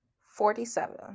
Forty-seven